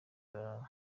rwa